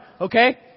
okay